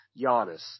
Giannis